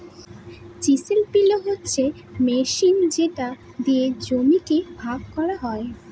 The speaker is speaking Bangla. চিসেল পিলও হচ্ছে মেশিন যেটা দিয়ে জমিকে ভাগ করা হয়